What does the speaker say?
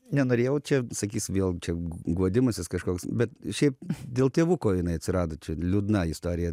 nenorėjau čia sakys vėl čia guodimasis kažkoks bet šiaip dėl tėvuko jinai atsirado liūdna istorija